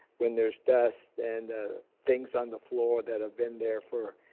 when there's dust and things on the floor that have been there for